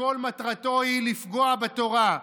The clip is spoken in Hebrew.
וכל מטרתו היא לפגוע בתורה.